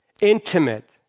intimate